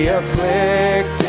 afflicted